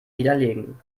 widerlegen